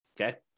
Okay